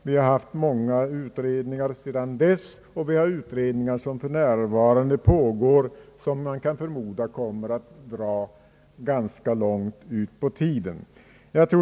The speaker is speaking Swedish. Vi har haft många utredningar sedan dess, och vi har utredningar som för närvarande pågår och som kan förmodas komma att dra långt ut på tiden.